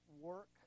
work